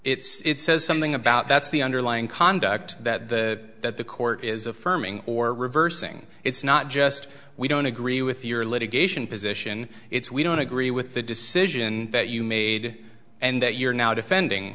decision it's says something about that's the underlying conduct that the that the court is affirming or reversing it's not just we don't agree with your litigation position it's we don't agree with the decision that you made and that you're now defending